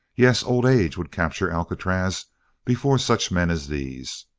yes, old age would capture alcatraz before such men as these.